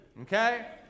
okay